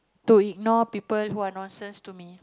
to ignore people who are nonsense to me